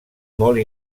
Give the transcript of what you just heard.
molt